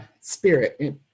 spirit